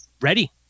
ready